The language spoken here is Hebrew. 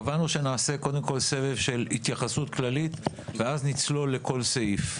קבענו שנעשה קודם כל סבב של התייחסות כללית ואז נצלול לכל סעיף.